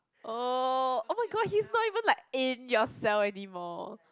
oh oh-my-gosh he's not even like in your cell anymore